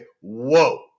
whoa